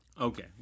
Okay